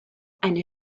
eine